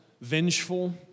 vengeful